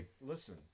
listen